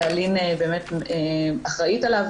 שאלין באמת אחראית עליו,